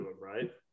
right